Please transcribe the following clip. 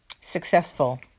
successful